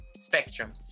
spectrum